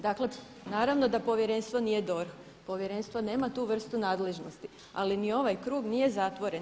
Dakle, naravno da povjerenstvo nije DORH, povjerenstvo nema tu vrstu nadležnosti, ali ni ovaj krug nije zatvoren.